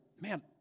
man